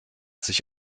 sich